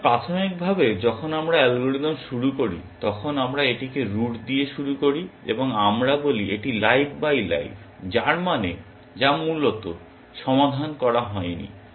সুতরাং প্রাথমিকভাবে যখন আমরা অ্যালগরিদম শুরু করি তখন আমরা এটিকে রুট দিয়ে শুরু করি এবং আমরা বলি এটি লাইভ বাই লাইভ যার মানে যা মূলত সমাধান করা হয়নি